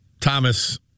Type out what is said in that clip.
Thomas